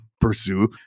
pursue